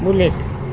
bullet